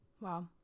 wow